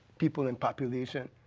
people in population,